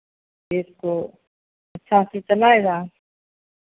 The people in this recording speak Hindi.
देश को अच्छा से चलाएगा